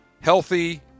healthy